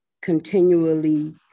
continually